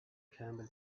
camel